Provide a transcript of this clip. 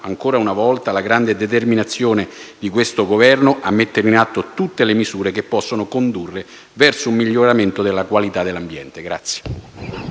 ancora una volta la grande determinazione di questo Governo a mettere in atto tutte le misure che possono condurre verso un miglioramento della qualità dell'ambiente.